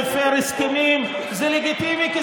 כשאתה מרמה ומפר הסכמים זה לגיטימי,